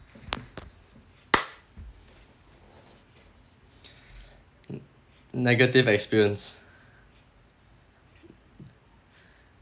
n~ negative experience